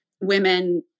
women